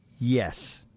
Yes